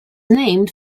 named